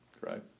right